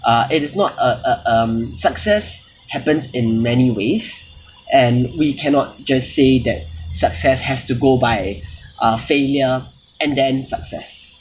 uh it is not uh uh um success happens in many ways and we cannot just say that success have to go by uh failure and then success